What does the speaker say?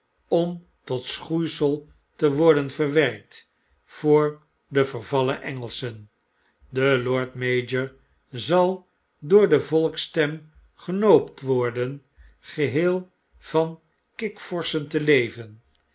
om tot schoeisel te worden verwerkt voor de vervallen engelschen de lord mayor zal door de volksstem genoopt worden geheel van kikvorschen te leven